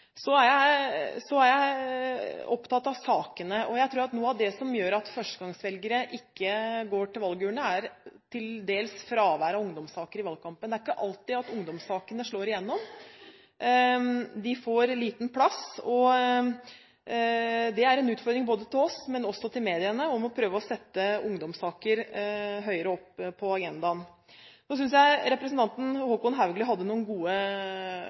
Så er jeg opptatt av sakene. Jeg tror at det som gjør at førstegangsvelgere ikke går til valgurnene, til dels er fravær av ungdomssaker i valgkampen. Det er ikke alltid at ungdomssakene slår igjennom. De får liten plass. Det er en utfordring til oss, men også til mediene, å prøve å sette ungdomssaker høyere opp på agendaen. Jeg synes representanten Håkon Haugli hadde noen gode